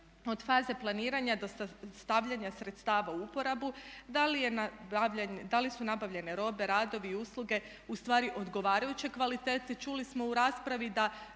od faze planiranja do stavljanja sredstava u uporabu, da li su nabavljene robe, radovi i usluge ustvari odgovarajuće kvalitete. Čuli smo u raspravi da